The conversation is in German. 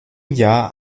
jahr